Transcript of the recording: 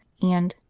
and,